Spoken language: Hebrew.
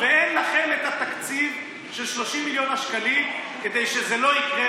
ואין לכם את התקציב של 30 מיליון השקלים כדי שזה לא יקרה,